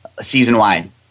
season-wide